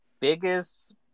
biggest